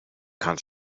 kann